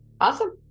awesome